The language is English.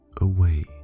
away